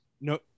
no